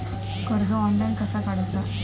कर्ज ऑनलाइन कसा काडूचा?